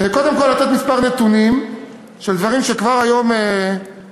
קודם כול לתת כמה נתונים על דברים שכבר היום מטופלים,